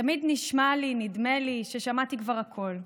תמיד נדמה לי ששמעתי כבר הכול,